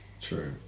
true